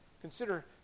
Consider